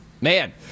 man